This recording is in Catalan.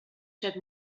set